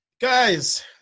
Guys